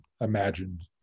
imagined